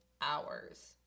hours